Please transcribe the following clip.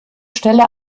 stelle